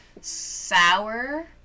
Sour